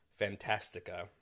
Fantastica